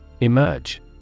Emerge